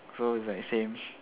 so is like same